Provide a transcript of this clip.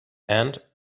and